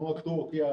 כמו טורקיה,